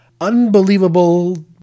unbelievable